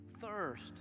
thirst